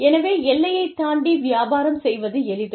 எனவே எல்லையைத் தாண்டி வியாபாரம் செய்வது எளிது